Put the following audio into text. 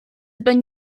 been